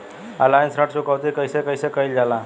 Online ऋण चुकौती कइसे कइसे कइल जाला?